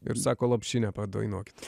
ir sako lopšinę padainuokit